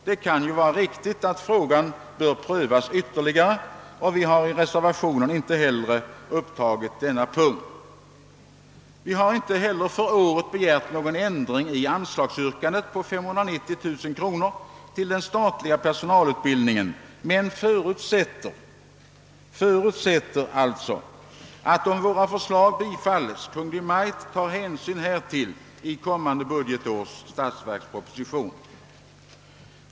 Det kan ju vara riktigt att frågan bör prövas ytterligare, och vi har inte heller tagit upp denna punkt i reservationen. Inte heller har vi för året begärt ändring av anslagsyrkandet på 590 000 kronor till den statliga personalutbildningen men förutsätter att, om vårt förslag bifalles, Kungl. Maj:t tar hänsyn härtill i kommande års statsverksproposition.